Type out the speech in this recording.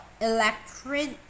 electric